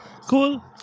Cool